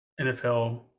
NFL